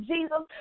Jesus